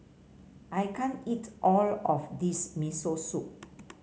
I can't eat all of this Miso Soup